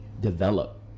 develop